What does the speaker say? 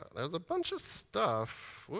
ah there's a bunch of stuff.